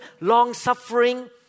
long-suffering